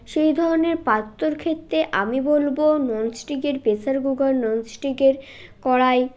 সেই ধরনের পাত্রর ক্ষেত্রে আমি বলবো ননস্টিকের প্রেসার কুকার ননস্টিকের কড়াই